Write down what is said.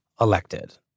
elected